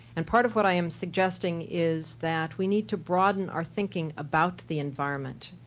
and part of what i am suggesting is that we need to broaden our thinking about the environment,